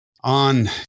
on